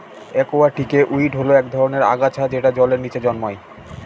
একুয়াটিকে উইড হল এক ধরনের আগাছা যেটা জলের নীচে জন্মায়